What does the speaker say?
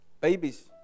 Babies